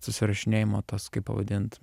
susirašinėjimo tas kaip pavadint